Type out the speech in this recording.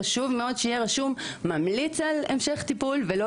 חשוב מאוד שיהיה רשום "ממליץ על המשך טיפול" ולא